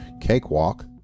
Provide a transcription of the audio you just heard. cakewalk